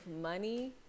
money